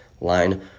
line